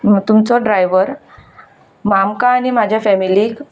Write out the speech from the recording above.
ना तुमचो ड्रायव्हर आमकां आनी म्हज्या फेमिलीक